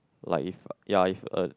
like if ya if a